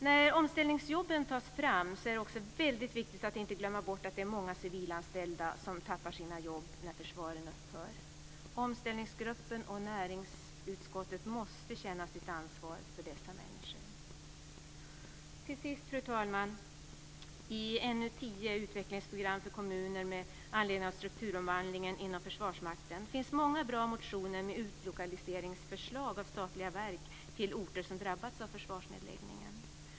När omställningsjobben skapas är det också väldigt viktigt att inte glömma bort att det är många civilanställda som tappar sina jobb i samband med garnisonsnedläggningen. Omställningsgruppen och näringsutskottet måste känna sitt ansvar för dessa människor. Fru talman! I NU10 Utvecklingsprogram för kommuner med anledning av strukturomvandlingar inom Försvarsmakten behandlas många bra motioner med förslag om utlokalisering av statliga verk till orter som drabbats av försvarsnedläggning.